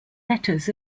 letters